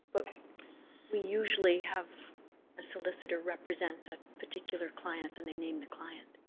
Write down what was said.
but we usually have a solicitor represent a particular client and they name the client.